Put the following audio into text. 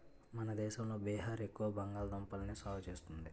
మన దేశంలో బీహార్ ఎక్కువ బంగాళదుంపల్ని సాగు చేస్తుంది